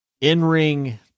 in-ring